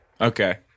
Okay